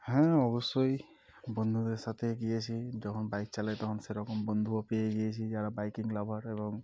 হ্যাঁ অবশ্যই বন্ধুদের সাথে গিয়েছি যখন বাইক চালাই তখন সেরকম বন্ধুও পেয়ে গিয়েছি যারা বাইকিং লাভার এবং